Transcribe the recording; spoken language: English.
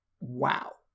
wow